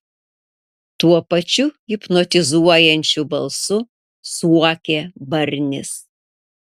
tuo pačiu hipnotizuojančiu balsu suokė barnis